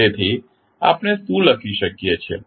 તેથી આપણે શું લખી શકીએ છીએ